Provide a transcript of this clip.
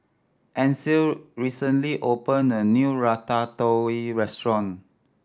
Ancil recently opened a new Ratatouille Restaurant